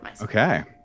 Okay